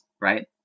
right